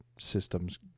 Systems